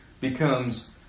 becomes